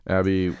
Abby